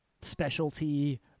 specialty